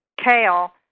kale